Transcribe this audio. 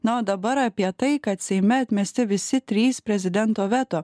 na o dabar apie tai kad seime atmesti visi trys prezidento veto